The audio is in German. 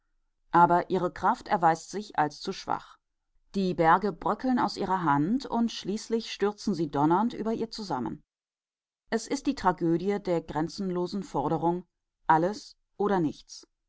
aber ihre kraft erweist sich als zu schwach die berge bröckeln aus ihrer hand und schließlich stürzen sie donnernd über ihr zusammen es ist die tragödie der grenzenlosen forderung alles oder nichts